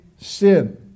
sin